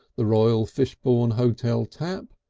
the royal fishbourne hotel tap,